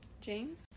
James